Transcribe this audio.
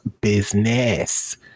business